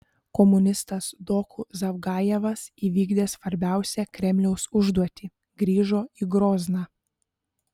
komunistas doku zavgajevas įvykdė svarbiausią kremliaus užduotį grįžo į grozną